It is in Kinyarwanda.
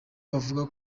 bavuga